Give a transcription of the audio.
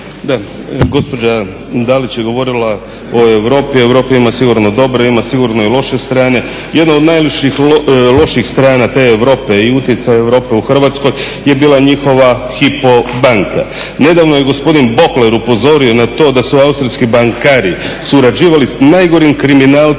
DI)** Gospođa Dalić je govorila o Europi, Europa ima sigurno dobre, ima sigurno i loše strane. Jedno od … loših strana te Europe i utjecaja Europe u Hrvatskoj je bila njihova Hypo banka. Nedavno je gospodin … upozorio na to da su austrijski bankari surađivali s najgorim kriminalcima